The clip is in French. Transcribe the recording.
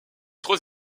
trois